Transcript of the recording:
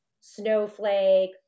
Snowflake